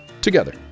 together